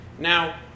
now